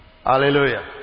Hallelujah